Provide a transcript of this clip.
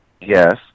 Yes